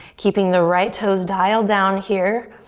keeping the right toes dialed down here.